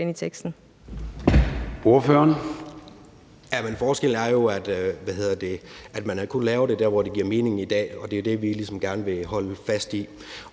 Jens Meilvang (LA): Jamen forskellen er jo, at man kun laver det der, hvor det giver mening, i dag, og det er det, vi ligesom gerne vil holde fast i.